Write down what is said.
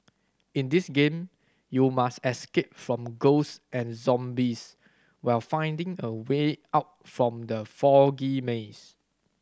in this game you must escape from ghost and zombies while finding the way out from the foggy maze